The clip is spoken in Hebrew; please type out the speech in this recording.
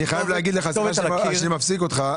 סליחה שאני מפסיק אותך.